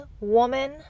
woman